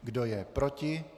Kdo je proti?